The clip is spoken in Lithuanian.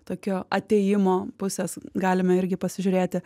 tokio atėjimo pusės galime irgi pasižiūrėti